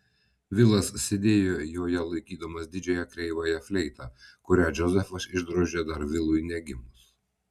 vilas sėdėjo joje laikydamas didžiąją kreivąją fleitą kurią džozefas išdrožė dar vilui negimus